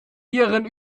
iren